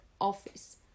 office